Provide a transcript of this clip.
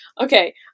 Okay